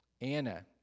Anna